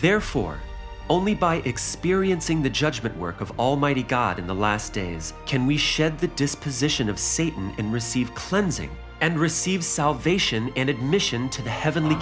therefore only by experiencing the judgment work of almighty god in the last days can we shed the disposition of satan and receive cleansing and receive salvation in admission to the he